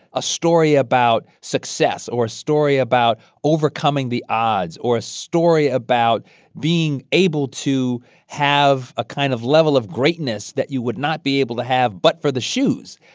a story about success or a story about overcoming the odds or a story about being able to have a kind of level of greatness that you would not be able to have but for the shoes.